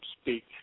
speak